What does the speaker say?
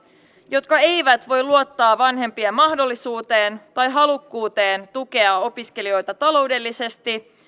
jotka eivät voi luottaa vanhempien mahdollisuuteen tai halukkuuteen tukea opiskelijoita taloudellisesti